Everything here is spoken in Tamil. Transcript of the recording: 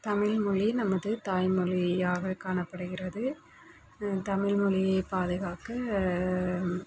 தமிழ்மொழி நமது தாய்மொழியாக காணப்படுகிறது தமிழ்மொழியைப் பாதுகாக்க